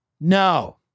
No